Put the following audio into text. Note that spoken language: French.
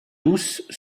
douce